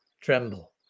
tremble